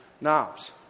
knobs